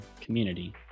community